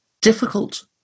difficult